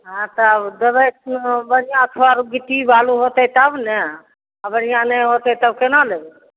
हॅं तब देबै कि ओ बढिऑं छर गिट्टी बालू होतै तब ने आ बढ़िऑं नहि होतै तब केना लेबै